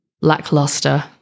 lackluster